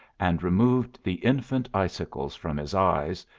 and removed the infant icicles from his eyes,